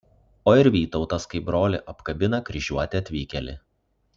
o ir vytautas kaip brolį apkabina kryžiuotį atvykėlį